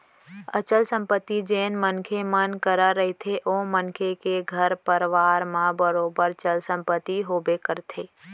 अचल संपत्ति जेन मनखे मन करा रहिथे ओ मनखे के घर परवार म बरोबर चल संपत्ति होबे करथे